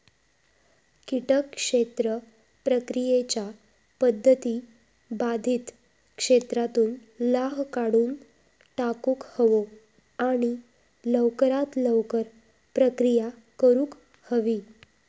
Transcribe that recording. किटक क्षेत्र प्रक्रियेच्या पध्दती बाधित क्षेत्रातुन लाह काढुन टाकुक हवो आणि लवकरात लवकर प्रक्रिया करुक हवी